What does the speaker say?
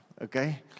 Okay